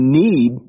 need